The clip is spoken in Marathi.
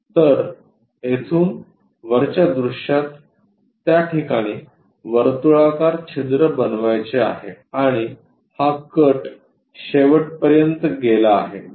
तर येथून वरच्या दृश्यात त्या ठिकाणी वर्तुळाकार छिद्र बनवायचे आहे आणि हा कट शेवटपर्यंत गेला आहे